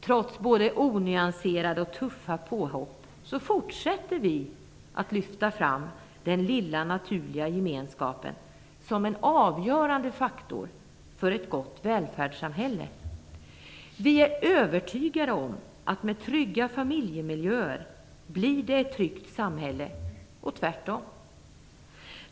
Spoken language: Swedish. Trots både onyanserade och tuffa påhopp fortsätter vi att lyfta fram den lilla naturliga gemenskapen som en avgörande faktor för ett gott välfärdssamhälle. Vi är övertygade om att med trygga familjemiljöer blir det ett tryggt samhälle, och vice versa.